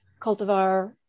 Cultivar